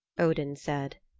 odin said.